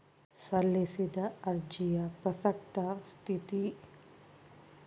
ಸಲ್ಲಿಸಿದ ಅರ್ಜಿಯ ಪ್ರಸಕ್ತ ಸ್ಥಿತಗತಿಗುಳ್ನ ತಿಳಿದುಕೊಂಬದು